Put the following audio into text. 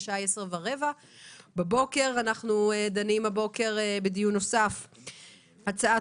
השעה היא 10:15 ואנחנו דנים הבוקר בדיון נוסף בהצעת